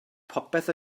popeth